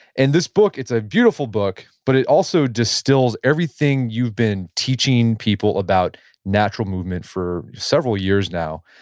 and this book, it's a beautiful book, but it also distills everything you've been teaching people about natural movement for several years now.